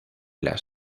las